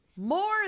More